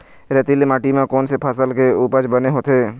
रेतीली माटी म कोन से फसल के उपज बने होथे?